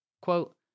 Quote